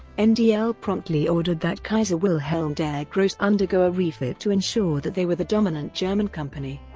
and ndl promptly ordered that kaiser wilhelm der grosse undergo a refit to ensure that they were the dominant german company.